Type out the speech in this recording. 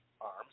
arms